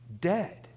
dead